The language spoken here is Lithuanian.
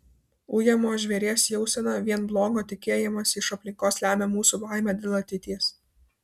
ujamo žvėries jauseną vien blogo tikėjimąsi iš aplinkos lemia mūsų baimė dėl ateities